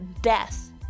death